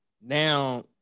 now